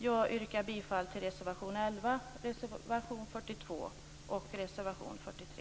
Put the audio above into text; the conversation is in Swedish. Jag yrkar bifall till reservation 11, reservation 42 och reservation 43.